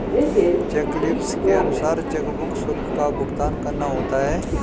check leaves के अनुसार chequebook शुल्क का भुगतान करना होता है